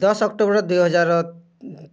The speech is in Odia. ଦଶ ଅକ୍ଟୋବର ଦୁଇହଜାର